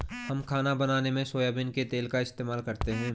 हम खाना बनाने में सोयाबीन के तेल का इस्तेमाल करते हैं